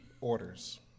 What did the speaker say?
Orders